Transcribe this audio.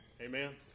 Amen